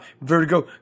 Vertigo